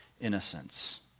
innocence